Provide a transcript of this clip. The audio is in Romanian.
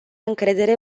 încredere